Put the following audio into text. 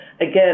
again